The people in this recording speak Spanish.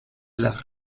las